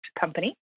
company